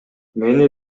мени